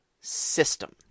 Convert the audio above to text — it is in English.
system